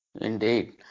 Indeed